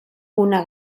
una